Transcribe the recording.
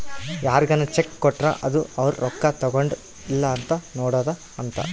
ಯಾರ್ಗನ ಚೆಕ್ ಕೊಟ್ರ ಅದು ಅವ್ರ ರೊಕ್ಕ ತಗೊಂಡರ್ ಇಲ್ಲ ಅಂತ ನೋಡೋದ ಅಂತ